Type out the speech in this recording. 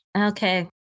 Okay